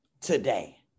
today